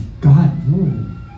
God